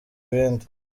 ibindi